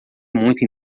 muito